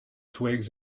twigs